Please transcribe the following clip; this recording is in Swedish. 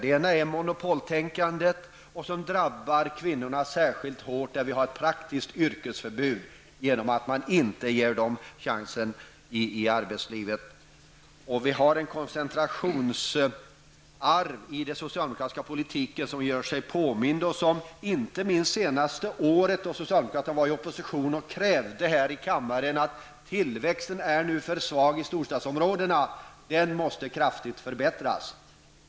Det ena är monopoltänkandet, som drabbar kvinnorna särskilt hårt och där vi har ett praktiskt yrkesförbud genom att de inte ges chansen i arbetslivet. Det finns ett koncentrationsarv i den socialdemokratiska politiken som gör sig påmint, inte minst de senaste åren socialdemokraterna var i opposition och här i kammaren krävde: Tillväxten är nu för svag i storstadsområdena, den måste kraftigt förbättras.